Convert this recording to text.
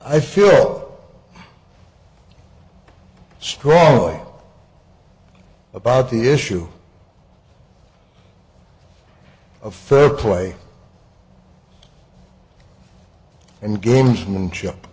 i feel strongly about the issue of fair play and gamesmanship